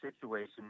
situation